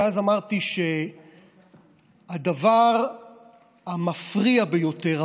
ואז אמרתי שהדבר המפריע ביותר,